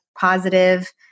positive